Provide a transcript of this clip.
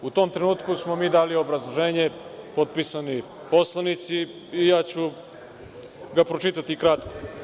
U tom trenutku smo mi dali obrazloženje, potpisani poslanici i ja ću ga pročitati kratko.